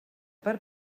per